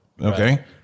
okay